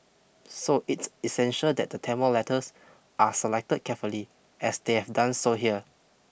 so it's essential that the Tamil letters are selected carefully as they have done so here